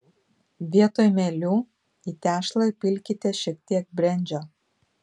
vietoj mielių į tešlą įpilkite šiek tiek brendžio